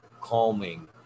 calming